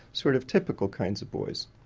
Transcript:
sort of typical kinds of boys.